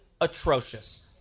atrocious